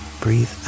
Breathe